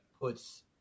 puts